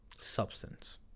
substance